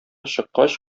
чыккач